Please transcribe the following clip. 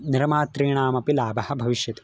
निरमातॄणामपि लाभः भविष्यति